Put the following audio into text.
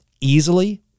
easily